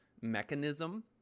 mechanism